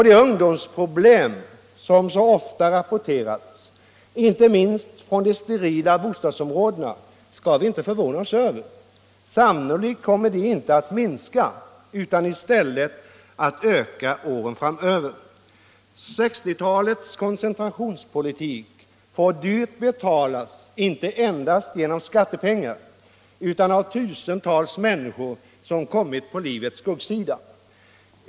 De ungdomsproblem som så ofta rapporterats, inte minst från de sterila bostadsområdena, skall vi inte förvånas över. Sannolikt kommer de inte att minska, utan debatt debatt i stället att öka åren framöver. 1960-talets koncentrationspolitik får dyrt betalas, inte endast genom skattepengar, utan av tusentals människor som kommit på livets skuggsida.